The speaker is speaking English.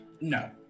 No